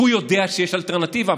כי הוא יודע שיש אלטרנטיבה.